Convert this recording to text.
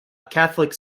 catholic